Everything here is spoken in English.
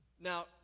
Now